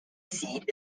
seat